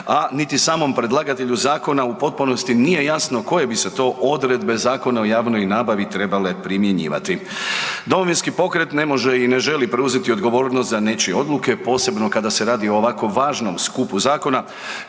a niti samom predlagatelju zakona u potpunosti nije jasno koje bi se to odredbe Zakona o javnoj nabavi trebale primjenjivati. Domovinski pokret ne može i ne želi preuzeti odgovornost za nečije odluke posebno kada se radi o ovako važnom skupu zakona